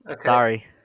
sorry